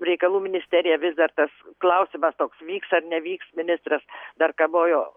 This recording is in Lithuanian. reikalų ministeriją vis dar tas klausimas toks vyks ar nevyks ministras dar kabojo